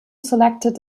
selected